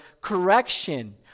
correction